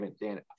Dan